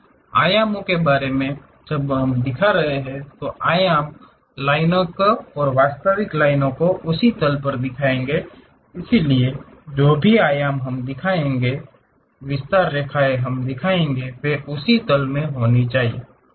आयामों के बारे में जब हम दिखा रहे हैं तो आयाम लाइनों को और विस्तार लाइनो को उसी तल पर दिखाएंगे इसलिए जो भी आयाम हम दिखाएंगे विस्तार रेखाएं हम दिखाएंगे वे उसी तल में होनि चाहिए